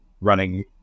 running